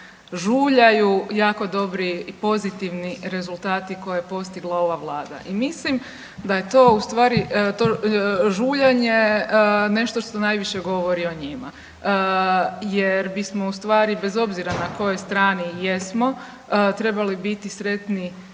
žuljaju jako dobri i pozitivni rezultati koje je postigla ova Vlada i mislim da je to ustvari žuljanje nešto što najviše govori o njima, jer bismo ustvari bez obzira na kojoj strani jesmo trebali biti sretni,